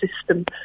system